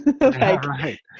Right